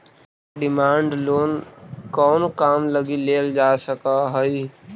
Demand loan कउन काम लगी लेल जा सकऽ हइ?